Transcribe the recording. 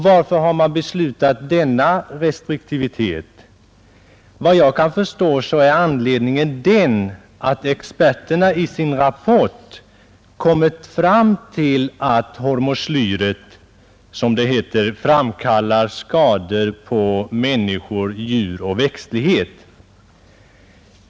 Varför har man beslutat denna restriktivitet? Såvitt jag kan förstå är anledningen den att experterna i sin rapport kommit fram till att hormoslyr, som det heter, framkallar skador på människor, djur och växtlighet.